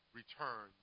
return